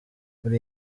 muri